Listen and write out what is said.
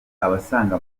abasaga